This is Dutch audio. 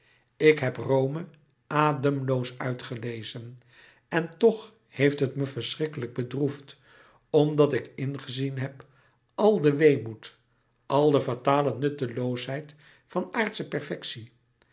ik heb rome ademloos uitgelezen en toch heeft het me vreeslijk bedroefd omdat ik ingezien heb al den weemoed al de fatale nutteloosheid van aardsche perfectie